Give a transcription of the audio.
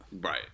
Right